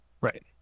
right